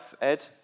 Ed